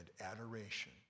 adoration